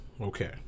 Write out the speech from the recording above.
okay